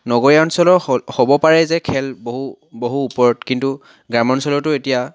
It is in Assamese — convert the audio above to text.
নগৰীয়া অঞ্চলৰ হ হ'ব পাৰে যে খেল বহু বহু ওপৰত কিন্তু গ্ৰামাঞ্চলতো এতিয়া